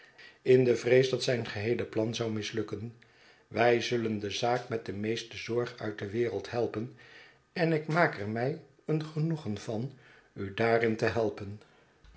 in de vrees dat zijn geheele plan zou mislukken wij zullen de zaak met de meeste zorg uit de wereld helpen en ik maak er mij een genoegen van u daarin te helpen